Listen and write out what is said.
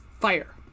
fire